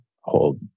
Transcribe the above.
hold